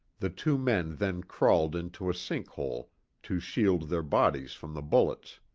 the two men then crawled into a sink-hole to shield their bodies from the bullets.